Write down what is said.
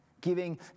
Giving